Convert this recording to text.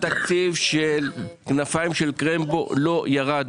התקציב של כנפיים של קרמבו לא ירד.